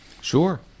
Sure